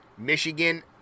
Michigan